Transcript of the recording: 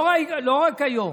לא רק היום,